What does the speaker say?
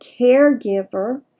caregiver